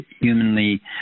humanly